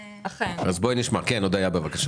בבקשה, הודיה.